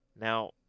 Now